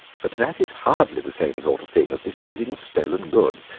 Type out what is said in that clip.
but that is hardly the same sort of thing as disposing of stolen goods,